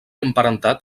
emparentat